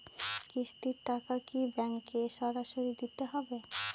কিস্তির টাকা কি ব্যাঙ্কে সরাসরি দিতে হবে?